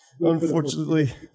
unfortunately